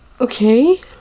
Okay